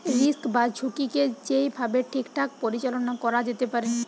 risk বা ঝুঁকিকে যেই ভাবে ঠিকঠাক পরিচালনা করা যেতে পারে